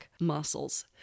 muscles